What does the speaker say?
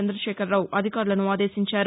చంద్రదశేఖరావు అధికారులను ఆదేశించారు